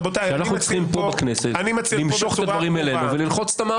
שאנחנו צריכים פה בכנסת למשוך את הדברים אלינו וללחוץ את המערכת.